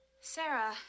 Sarah